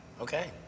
okay